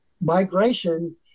migration